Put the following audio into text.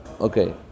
Okay